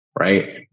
right